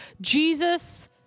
Jesus